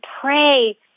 pray